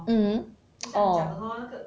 mm orh